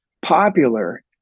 popular